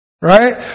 right